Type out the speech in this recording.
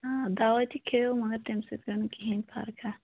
آ دوا تہِ کھیٚیو مگر تَمہِ سۭتۍ گٔے نہٕ کِہیٖنٛۍ فَرق